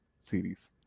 series